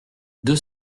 deux